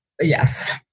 Yes